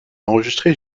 enregistré